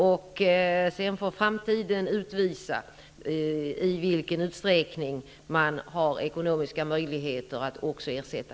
Sedan får framtiden utvisa i vilken utsträckning man har ekonomiska möjligheter att också ersätta